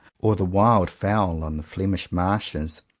or the wild fowl on the flemish marshes?